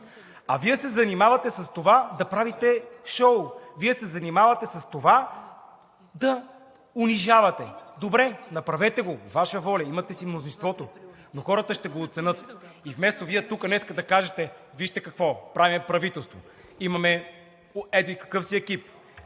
а Вие се занимавате с това да правите шоу, Вие се занимавате с това да унижавате. Добре, направете го. Ваша воля. Имате си мнозинството, но хората ще го оценят. Вместо Вие тук днес да кажете: вижте какво, правим правителство, имаме еди-какъв си екип,